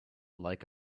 like